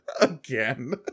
again